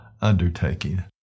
undertaking